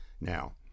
now